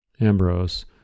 Ambrose